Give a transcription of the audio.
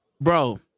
Bro